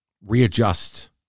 readjust